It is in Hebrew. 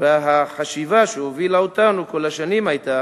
והחשיבה שהובילה אותנו כל השנים היתה